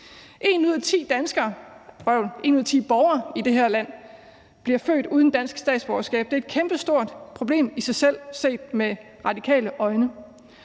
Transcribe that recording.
ikke tænke på. En ud af ti borgere i det her land bliver født uden dansk statsborgerskab. Det er et kæmpestort problem i sig selv set med radikale øjne.